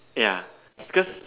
ya because